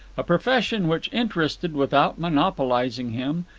a profession which interested without monopolizing him,